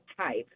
type